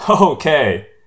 Okay